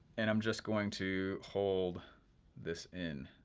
and i'm just going to hold this in,